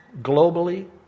globally